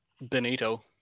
Benito